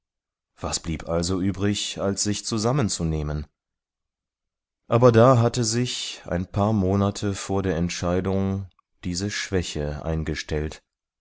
was blieb also übrig als sich zusammenzunehmen aber da hatte sich ein paar monate vor der entscheidung diese schwäche eingestellt